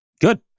Good